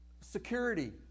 security